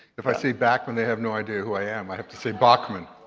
if i say bachman they have no idea who i am. i have to say bachman.